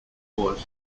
wars